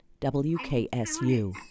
WKSU